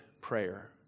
prayer